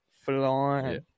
flying